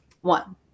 one